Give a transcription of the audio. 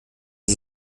sie